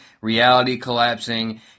reality-collapsing